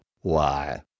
why—